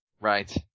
Right